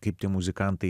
kiti muzikantai